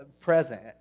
present